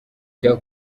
cya